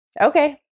okay